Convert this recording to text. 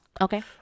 Okay